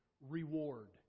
reward